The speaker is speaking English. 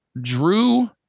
drew